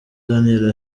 daniel